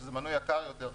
שזה מנוי יקר יותר,